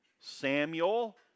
Samuel